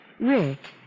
Rick